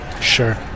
Sure